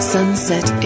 Sunset